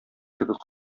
кебек